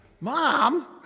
Mom